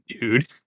Dude